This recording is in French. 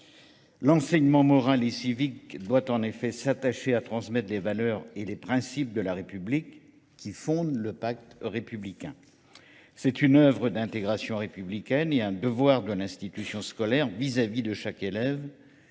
L'enseignement moral et civique doit en effet s'attacher à transmettre les valeurs et les principes de la République qui fondent le pacte républicain. C'est une œuvre d'intégration républicaine et un devoir d'une institution scolaire vis-à-vis de chaque élève.